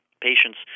patients